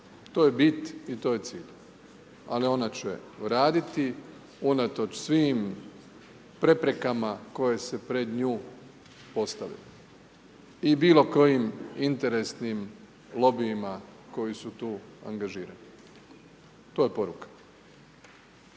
To je bit i to je cilj. Ali ona će raditi unatoč svim preprekama koje se pred nju postave. I bilokojim interesnim lobijima koji su tu angažirani. To je poruka.